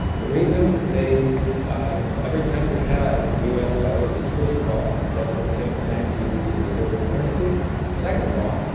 the reason they every country has us dollars is, first of all, that's what central banks use as the reserve currency second of all,